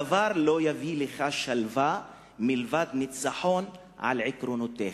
דבר לא יביא לך שלווה מלבד ניצחון על עקרונותיך.